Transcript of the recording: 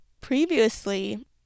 previously